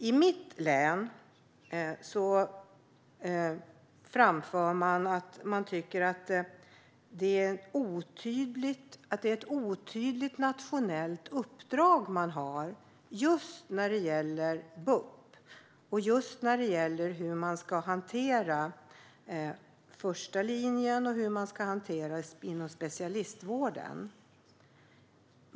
I mitt län har man framfört att det nationella uppdraget i fråga om BUP är otydligt. Det handlar just om hur man ska hantera första linjen och specialistvården.